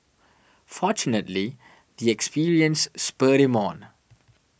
fortunately the experience spurred him on